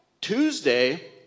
tuesday